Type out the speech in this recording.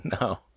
No